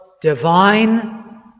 divine